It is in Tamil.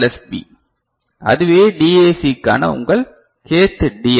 பி அதுவே DAC க்கான உங்கள் k th DNL